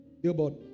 Billboard